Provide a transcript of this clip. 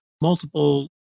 multiple